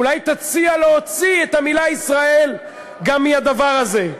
אולי תציע להוציא את המילה "ישראל" גם מהדבר הזה.